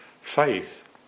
Faith